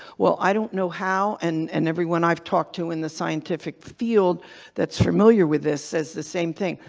well, i don't know how and and everyone i've talked to in the scientific field that's familiar with this says the same thing.